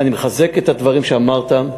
אני מחזק את הדברים שאמרת,